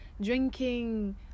drinking